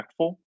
impactful